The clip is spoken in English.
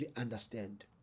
understand